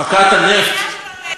יעל,